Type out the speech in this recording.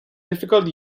difficult